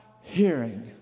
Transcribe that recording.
hearing